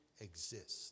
exist